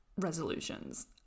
resolutions